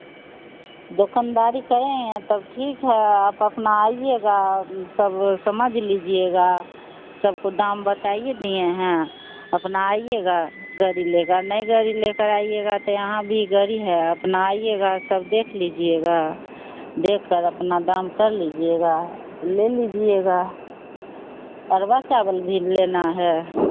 दुकानदारी करें तब ठीक है आप अपना आइएगा सब समझ लीजिएगा सब को दाम बताइए दिए है ना अपना आइएगा गाड़ी लेकर अर नइ गाड़ी लेकर आइएगा तो यहाँ भी गाड़ी है अपना आइएगा सब देख लीजिएगा देखकर अपना दाम कर लीजिएगा तो ले लीजिएगा अरवा चावल भी लेना है